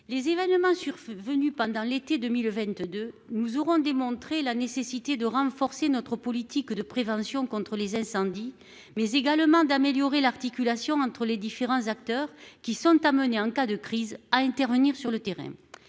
Les événements survenus pendant l'été 2022 nous auront démontré la nécessité de renforcer notre politique de prévention contre les incendies, mais également d'améliorer l'articulation entre les différents acteurs qui sont amenés, en cas de crise, à intervenir sur le terrain.